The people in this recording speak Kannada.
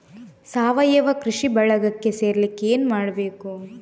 ಸಾವಯವ ಕೃಷಿ ಬಳಗಕ್ಕೆ ಸೇರ್ಲಿಕ್ಕೆ ಏನು ಮಾಡ್ಬೇಕು?